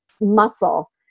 muscle